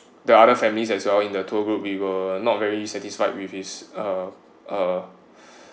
the other families as well in the tour group we were not very satisfied with his uh uh